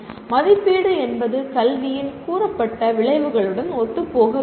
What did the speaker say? மதிப்பீடு என்பது கல்வியின் கூறப்பட்ட விளைவுகளுடன் ஒத்துப்போக வேண்டும்